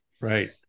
right